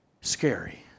scary